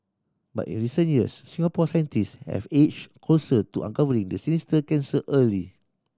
but in recent years Singapore scientists have edged closer to uncovering the sinister cancer early